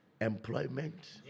Employment